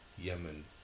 yemen